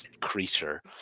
creature